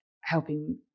helping